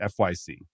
FYC